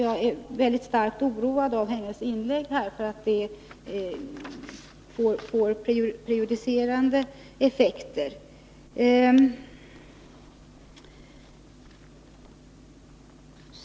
Jag är starkt oroad av att hennes inlägg här kan få prejudicerande effekter.